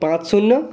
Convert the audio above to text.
পাঁচ শূন্য